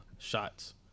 Shots